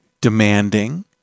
demanding